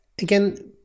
again